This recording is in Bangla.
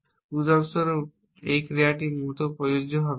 উদাহরণস্বরূপ এই ক্রিয়াটি মোটেও প্রযোজ্য হবে না